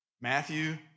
Matthew